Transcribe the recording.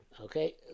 Okay